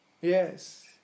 Yes